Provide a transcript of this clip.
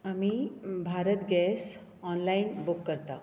आमी Bharat gas online book करता